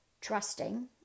trusting